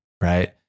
right